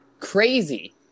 crazy